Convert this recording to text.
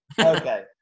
Okay